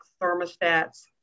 thermostats